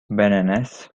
bananas